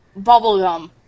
bubblegum